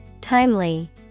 Timely